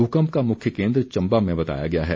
भूकम्प का मुख्य केन्द्र चम्बा में बताया गया है